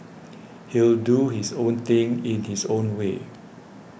he'll do his own thing in his own way